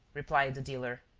replied the dealer.